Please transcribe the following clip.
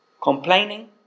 complaining